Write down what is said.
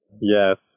Yes